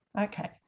Okay